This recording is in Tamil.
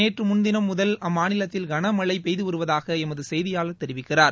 நேற்றுமுன்தினம் முதல் அம்மாநிலத்தில் கனமழை பெய்து வருவதாக எமது செய்தியாளர் தெரிவிக்கிறார்